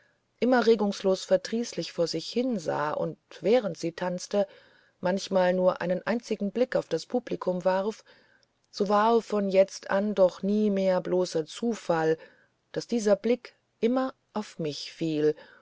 immer regungslos verdrießlich vor sich hinsah und während sie tanzte manchmal nur einen einzigen blick auf das publikum warf so war es von jetzt an doch nie mehr bloßer zufall daß dieser blick immer auf mich fiel